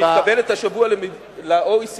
ומתקבלת השבוע ל-OECD,